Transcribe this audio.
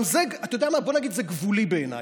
גם זה, אתה יודע מה, בוא נגיד שזה גבולי בעיניי.